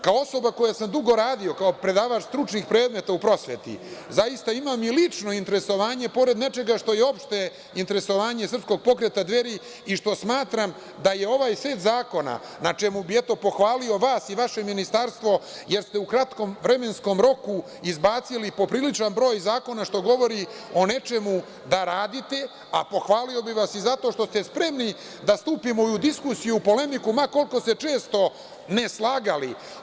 Kao osoba koja sam dugo radio kao predavač stručnih predmeta u prosveti zaista imam i lično interesovanje pored nečega što je opšte interesovanje Srpskog pokreta Dveri i što smatram da je ovaj set zakona, na čemu bih, eto, pohvalio vas i vaše Ministarstvo, jer ste u kratkom vremenskom roku izbacili popriličan broj zakona, što govori o nečemu, da radite, a pohvalio bih vas i zato što ste spremni da stupimo i u diskusiju, polemiku, ma koliko se često ne slagali.